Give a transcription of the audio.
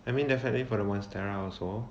I mean definitely for the monstera also